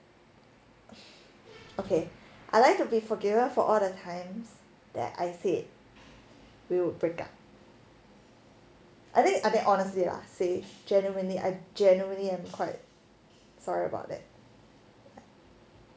okay I like to be forgiven for all the times that I said we would break up I think I think honestly lah say genuinely I genuinely I'm quite sorry about that